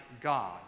God